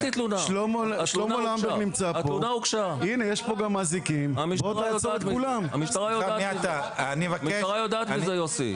יש פה גם אזיקים -- המשטרה יודעת מזה, יוסי.